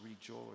rejoice